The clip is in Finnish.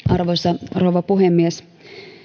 arvoisa rouva puhemies